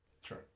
Sure